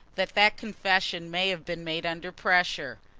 that that confession may have been made under pressure.